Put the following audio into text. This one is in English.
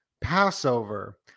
Passover